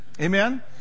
Amen